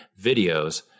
videos